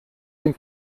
dem